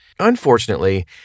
Unfortunately